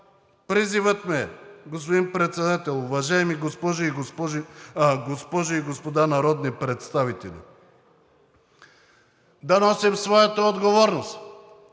призивът ми е, господин Председател, уважаеми госпожи и господа народни представители, да носим своята отговорност,